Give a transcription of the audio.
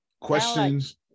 questions